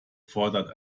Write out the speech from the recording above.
fordert